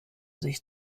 sich